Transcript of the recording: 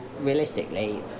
realistically